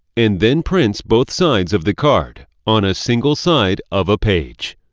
and then prints both sides of the card on a single side of a page.